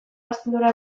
astindua